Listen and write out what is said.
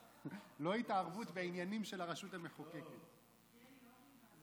לוי, יש לך חמש דקות בכל מקרה.